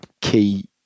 key